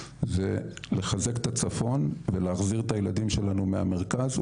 זה לחזק את הצפון ולהחזיר את הילדים שלנו מהמרכז,